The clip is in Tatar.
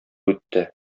үтте